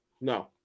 No